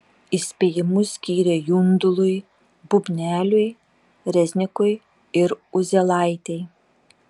įspėjimus skyrė jundului bubneliui reznikui ir uzielaitei